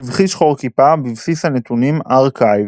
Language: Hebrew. סבכי שחור-כיפה, בבסיס הנתונים ARKive